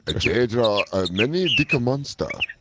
and jay draw ah many dick monster.